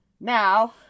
Now